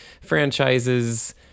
franchises